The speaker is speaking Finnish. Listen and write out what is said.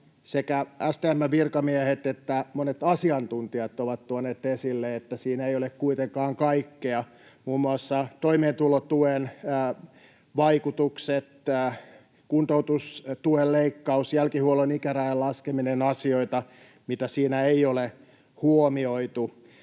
sekä STM:n virkamiehet että monet asiantuntijat ovat tuoneet esille, että siinä ei ole kuitenkaan kaikkea. Muun muassa toimeentulotuen vaikutukset, kuntoutustuen leikkaus, jälkihuollon ikärajan laskeminen — asioita, mitä siinä ei ole huomioitu.